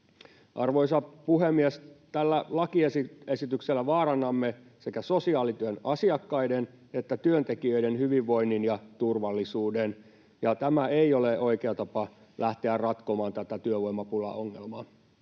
Arvoisa puhemies! Tällä lakiesityksellä vaarannamme sekä sosiaalityön asiakkaiden että työntekijöiden hyvinvoinnin ja turvallisuuden. Tämä ei ole oikea tapa lähteä ratkomaan tätä työvoimapulaongelmaa.